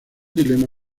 dilema